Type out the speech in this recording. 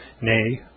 nay